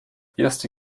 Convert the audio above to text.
erste